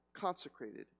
consecrated